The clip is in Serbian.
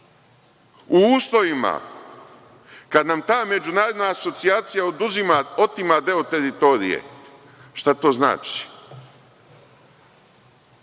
u uslovima kad nam ta međunarodna asocijacija oduzima, otima deo teritorije, šta to znači?